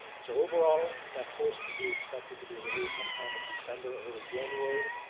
so overall that course will be expected to be released sometime in december or early january.